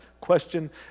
question